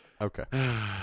Okay